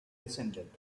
descended